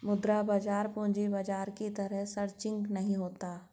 मुद्रा बाजार पूंजी बाजार की तरह सरंचिक नहीं होता